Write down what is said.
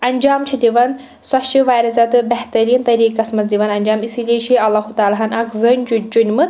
انجام چھِ دِوان سۄ چھِ واریاہ زیادٕ بہتریٖن طٔریٖقَس منٛز دِوان انجام اسی لیے چھِ اللہ تعالیٰ ہن اکھ زٔنۍ چُنۍ مٕژ